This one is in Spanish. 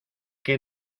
que